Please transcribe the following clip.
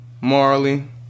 Marley